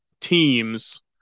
teams